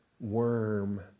worm